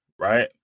right